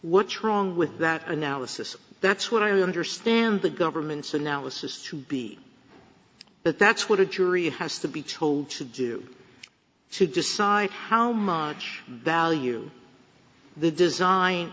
what's wrong with that analysis that's what i understand the government's analysis to be but that's what a jury has to be told to do to decide how much value the design